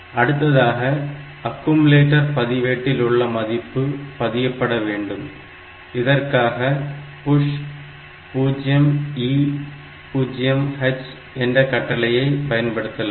அடுத்ததாக அக்குயுமுலேட்டர் பதிவேட்டில் உள்ள மதிப்பு பதியப்பட வேண்டும் இதற்காக PUSH 0E0H என்ற கட்டளையை பயன்படுத்தலாம்